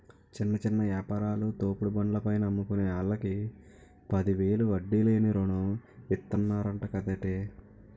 చిన్న చిన్న యాపారాలు, తోపుడు బండ్ల పైన అమ్ముకునే ఆల్లకి పదివేలు వడ్డీ లేని రుణం ఇతన్నరంట కదేటి